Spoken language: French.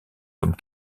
comme